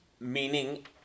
meaning